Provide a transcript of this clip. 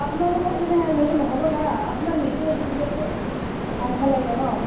আপোনালোকৰ সেনেহেন হ'লি নহ'ব না আপোনাৰ মেছেজ আহিছে যিহেতু আইবা লাগে ন